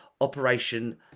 Operation